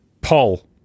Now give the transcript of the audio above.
Paul